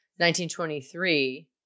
1923